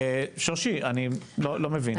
שושי אני לא מבין.